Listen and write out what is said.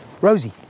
Rosie